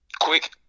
quick